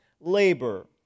labor